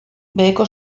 beheko